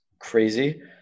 crazy